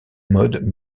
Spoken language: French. modes